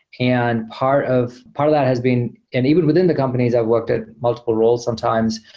and part of part of that has been and even within the companies, i've worked at multiple roles sometimes.